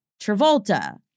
Travolta